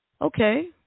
okay